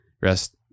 rest